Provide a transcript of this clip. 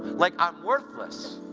like, i'm worthless.